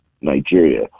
Nigeria